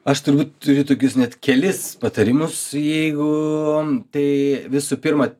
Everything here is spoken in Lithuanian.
aš turbūt turiu tokius net kelis patarimus jeigu tai visų pirma